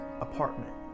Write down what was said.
apartment